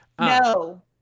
No